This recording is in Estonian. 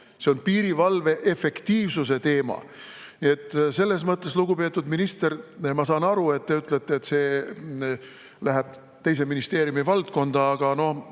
See on piirivalve efektiivsuse teema. Selles mõttes, lugupeetud minister, ma saan aru, et te ütlete, et see läheb teise ministeeriumi valdkonda, aga no